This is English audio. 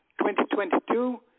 2022